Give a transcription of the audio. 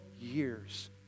years